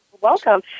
Welcome